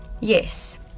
yes